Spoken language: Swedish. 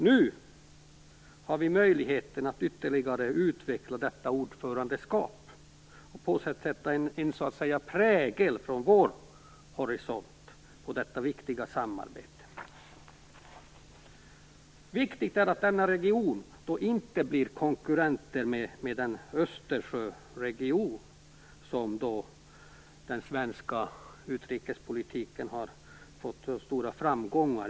Nu finns det möjlighet att ytterligare utveckla detta ordförandeskap och sätta sin prägel på detta viktiga samarbete. Det är viktigt att denna region inte blir konkurrent med Östersjöregionen där den svenska utrikespolitiken har haft stora framgångar.